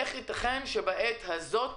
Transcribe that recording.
איך ייתכן שבעת הזו,